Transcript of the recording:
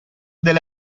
delle